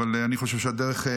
אבל אני חושב שהדרך,